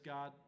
God